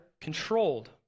controlled